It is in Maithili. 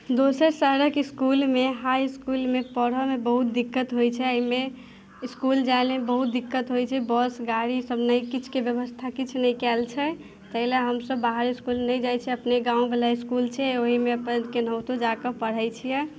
दोसर शहरक इसकुलमे हाइ इसकुलमे पढ़यमे बहुत दिक्कत होइत छै एहिमे इसकुल जाय लेल बहुत दिक्कत होइत छै बस गाड़ी ईसभ नहि किछुके व्यवस्था किछु नहि कयल छै ताहि लेल हमसभ बाहर इसकुल नहि जाइत छी अपने गामवला इसकुल छै ओहिमे अपन केनाहुतो जा कऽ पढ़ैत छियै